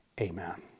Amen